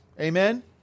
Amen